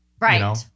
Right